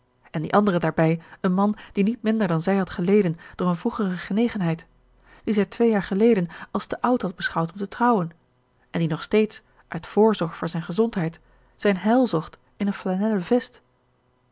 en die andere daarbij een man die niet minder dan zij had geleden door eene vroegere genegenheid dien zij twee jaar geleden als te oud had beschouwd om te trouwen en die nog steeds uit voorzorg voor zijn gezondheid zijn heil zocht in een flanellen vest